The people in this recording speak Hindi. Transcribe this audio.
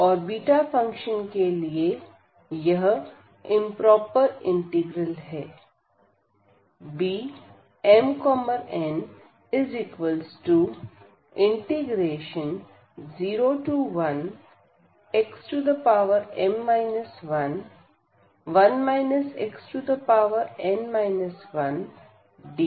और बीटा फंक्शन के लिए यह इंप्रोपर इंटीग्रल है Bmn01xm 11 xn 1dx